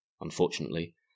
Unfortunately